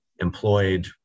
employed